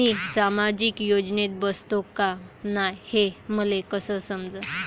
मी सामाजिक योजनेत बसतो का नाय, हे मले कस समजन?